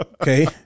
Okay